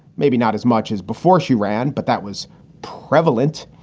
maybe not as much as before she ran, but that was prevalent.